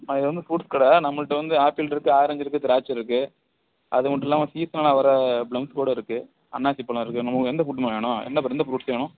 ஆ இது வந்து ஃப்ரூட்ஸ் கடை நம்மள்கிட்ட வந்து ஆப்பிள் இருக்கு ஆரெஞ்ச் இருக்கு திராட்சை இருக்கு அது மட்டும் இல்லாமல் சீசனில் வர ப்ளம்ஸ்க்கூட இருக்கு அன்னாசி பழம் இருக்கு உங்களுக்கு எந்த ஃப்ரூட்ம்மா வேணும் எந்த எந்த ஃப்ரூட்ஸ் வேணும்